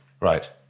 Right